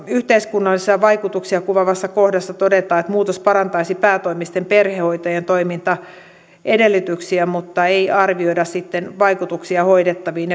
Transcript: yhteiskunnallisia vaikutuksia kuvaavassa kohdassa todetaan että muutos parantaisi päätoimisten perhehoitajien toimintaedellytyksiä mutta ei arvioida vaikutuksia hoidettaviin